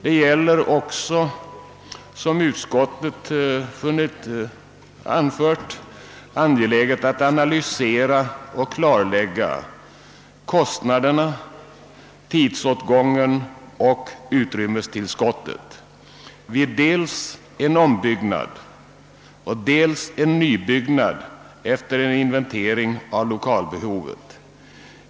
Det är också, som utskottet ånfört, angeläget att klarlägga kostnaderna, tidsåtgången och utrymmestillskottet vid dels en ombyggnad, dels en nybyggnad efter en inventering av lokalbehovet.